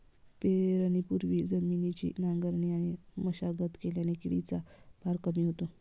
पेरणीपूर्वी जमिनीची नांगरणी आणि मशागत केल्याने किडीचा भार कमी होतो